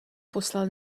poslal